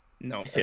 no